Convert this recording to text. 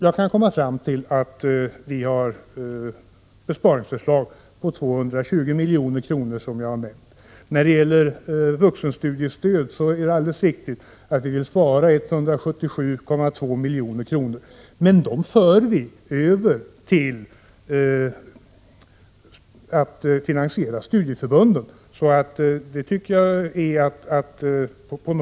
Som jag tidigare nämnt har vi ett besparingsförslag på 220 milj.kr. När det gäller vuxenstudiestödet är det alldeles riktigt att vi vill spara 177,2 milj.kr., men dem för vi över till att finansiera studieförbunden.